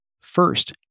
First